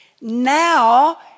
Now